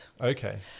okay